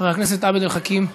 חבר הכנסת עבד אל חכים חאג'